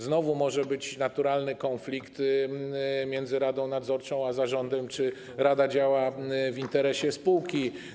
Znowu może być naturalny konflikt między radą nadzorczą a zarządem, czy rada działa w interesie spółki.